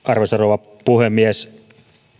arvoisa rouva puhemies